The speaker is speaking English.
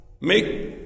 Make